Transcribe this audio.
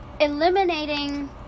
eliminating